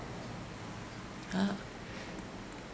!huh!